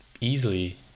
easily